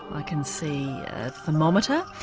i can see thermometer.